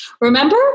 remember